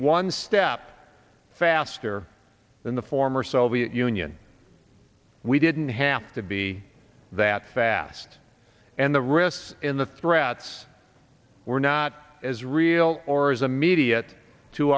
one step faster than the former soviet union we didn't have to be that fast and the risks in the threats were not as real or is immediate to